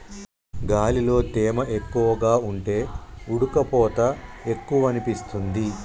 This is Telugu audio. గాలిలో తేమ ఎక్కువగా ఉంటే ఉడుకపోత ఎక్కువనిపిస్తుంది